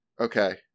Okay